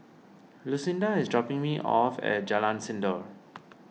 Lucinda is dropping me off at Jalan Sindor